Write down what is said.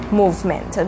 movement